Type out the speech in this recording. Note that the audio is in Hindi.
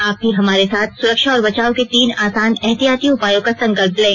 आप भी हमारे साथ सुरक्षा और बचाव के तीन आसान एहतियाती उपायों का संकल्प लें